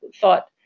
thought